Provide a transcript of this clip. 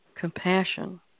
compassion